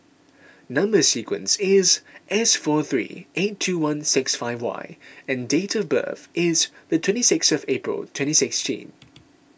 Number Sequence is S four three eight two one six five Y and date of birth is the twenty sixth of April twenty sixteen